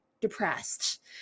depressed